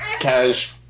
Cash